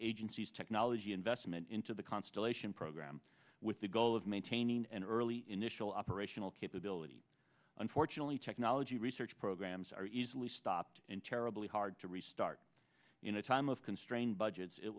agency's technology investment into the constellation program with the goal of maintaining an early initial operational capability unfortunately technology research programs are easily stopped and terribly hard to restart in a time of constrained budgets it